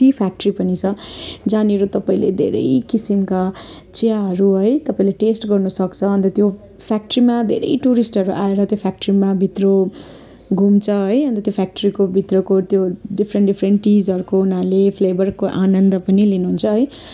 T factory पनि छ जहाँनिर तपाईँले धेरै किसिमका चियाहरू है तपाईँले टेस्ट गर्नसक्छ अन्त त्यो फ्याक्ट्रीमा धेरै टुरिस्टहरू आएर त्यो फ्याक्ट्रीमा भित्र घुम्छ है अन्त त्यो फ्याक्ट्रीको भित्रको त्यो डिफ्रेन्ट डिफ्रेन्ट टिजहरूको उनीहरूले त्यो फ्लेभरको आनन्द पनि लिनुहुन्छ है